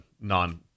non